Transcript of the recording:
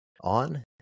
on